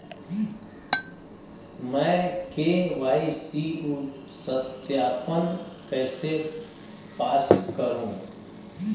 मैं के.वाई.सी सत्यापन कैसे पास करूँ?